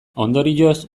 ondorioz